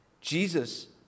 Jesus